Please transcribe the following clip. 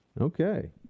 Okay